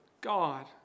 God